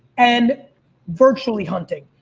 and virtually hunting.